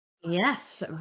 Yes